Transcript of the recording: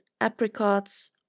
apricots